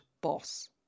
Boss